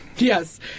Yes